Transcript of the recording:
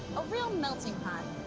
a real melting pot.